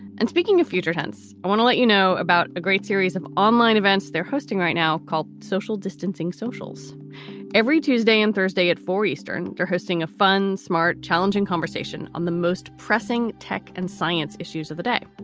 and speaking of future tense, i want to let you know about a great series of online events. they're hosting right now called social distancing socials every tuesday and thursday at four zero eastern. you're hosting a fun, smart, challenging conversation on the most pressing tech and science issues of the day.